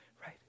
right